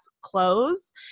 clothes